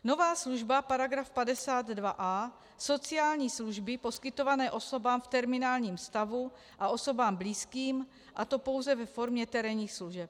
Nová služba: § 52a sociální služby poskytované osobám v terminálním stavu a osobám blízkým, a to pouze ve formě terénních služeb.